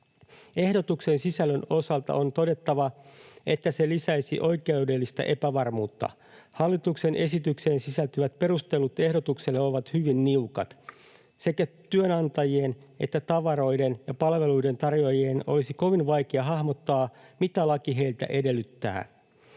Ehdotuksen sisällön osalta on todettava, että se lisäisi oikeudellista epävarmuutta. Hallituksen esitykseen sisältyvät perustelut ehdotukselle ovat hyvin niukat. Sekä työnantajien että tavaroiden ja palveluiden tarjoajien olisi kovin vaikea hahmottaa, mitä laki heiltä edellyttää.